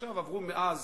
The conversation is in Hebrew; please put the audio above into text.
עברו מאז,